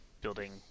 building